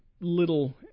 little